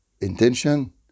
intention